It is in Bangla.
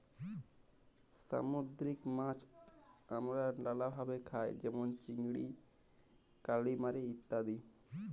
সামুদ্দিরিক মাছ আমরা লালাভাবে খাই যেমল চিংড়ি, কালিমারি ইত্যাদি